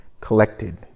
collected